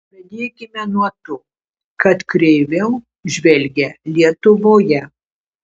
pradėkime nuo to kad kreiviau žvelgia lietuvoje